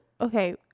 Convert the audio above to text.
okay